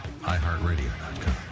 iHeartRadio.com